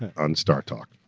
on startalk.